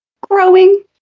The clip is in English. growing